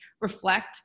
reflect